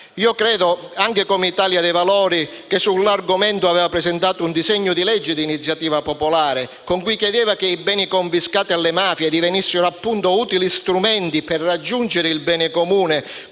Io credo - anche come Italia dei Valori che sull'argomento aveva presentato un disegno di legge di iniziativa popolare, con cui chiedeva che i beni confiscati alle mafie divenissero appunto utili strumenti per raggiungere il bene comune